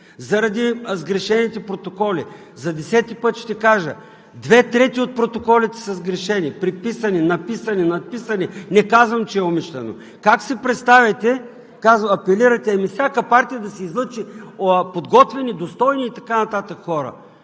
заради сгрешените протоколи. За десети път ще кажа: две трети от протоколите са сгрешени, преписани, написани, надписани! Не казвам, че е умишлено. Апелирате всяка партия да си излъчи подготвени, достойни и така нататък хора.